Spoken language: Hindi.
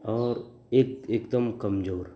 और एक एकदम कमज़ोर